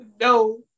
no